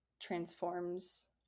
transforms